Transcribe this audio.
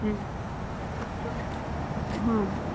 हम्म छो त हा